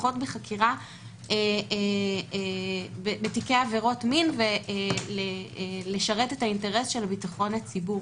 הפתיחות בחקירה בתיקי עבירות מין וישרת את האינטרס של ביטחון הציבור.